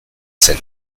zen